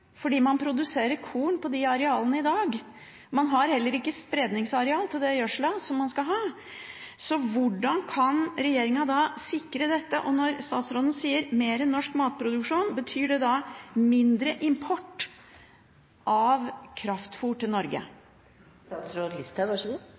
fordi man produserer korn på de arealene i dag. Man har heller ikke spredningsareal til den gjødsla som man skal ha. Så hvordan kan regjeringen da sikre dette? Og når statsråden sier mer norsk matproduksjon, betyr det da mindre import av kraftfôr til Norge?